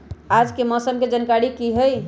आज के मौसम के जानकारी कि हई?